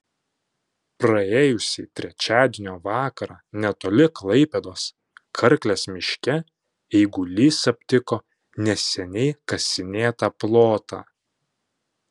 praėjusį trečiadienio vakarą netoli klaipėdos karklės miške eigulys aptiko neseniai kasinėtą plotą